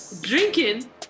drinking